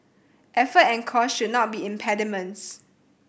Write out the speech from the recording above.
effort and cost should not be impediments